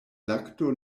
lakto